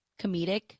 comedic